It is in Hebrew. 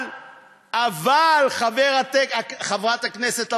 אבל חברת הכנסת המכובדת,